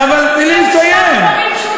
אבל, אדוני סגן השר,